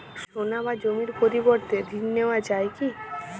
সোনা বা জমির পরিবর্তে ঋণ নেওয়া যায় কী?